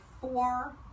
four